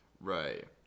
Right